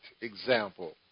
example